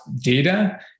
data